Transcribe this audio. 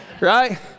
right